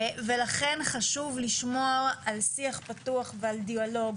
לכן חשוב לשמור על שיח פתוח ועל דיאלוג